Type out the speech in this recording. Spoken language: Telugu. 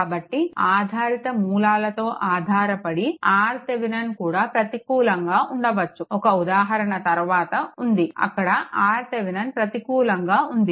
కాబట్టి ఆధారిత మూలాలతో ఆధారపడి RThevenin కూడా ప్రతికూలంగా ఉండవచ్చు ఒక ఉదాహరణ తరువాత ఉంది అక్కడ RThevenin ప్రతికూలంగా ఉంది